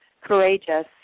courageous